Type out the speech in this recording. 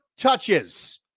Touches